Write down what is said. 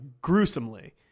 gruesomely